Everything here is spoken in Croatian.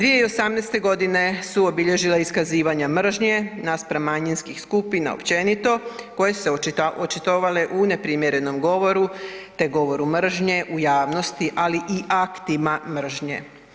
2018. g. su obilježivala iskazivanja mržnje naspram manjinskih skupina općenito koje su se očitovale u neprimjerenom govoru te govoru mržnje u javnosti ali i aktima mržnje.